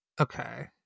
Okay